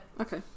Okay